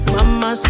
Mama